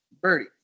Birdie